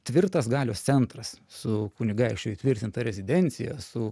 tvirtas galios centras su kunigaikščių įtvirtinta rezidencija su